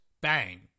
Bang